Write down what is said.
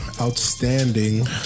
outstanding